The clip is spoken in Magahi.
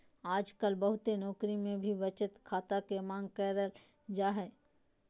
आजकल बहुते नौकरी मे भी बचत खाता के मांग करल जा हय